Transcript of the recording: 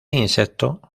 insecto